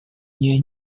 нее